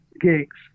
gigs